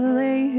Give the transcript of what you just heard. lay